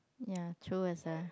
ya true as well